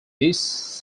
this